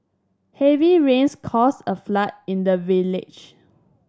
heavy rains caused a flood in the village